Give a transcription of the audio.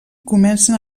comencen